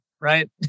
right